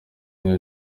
n’iyo